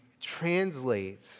translate